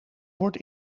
wordt